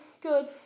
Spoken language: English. good